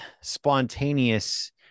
spontaneous